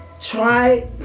try